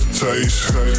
Taste